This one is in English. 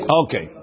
okay